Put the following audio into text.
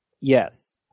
Yes